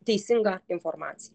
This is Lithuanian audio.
teisingą informaciją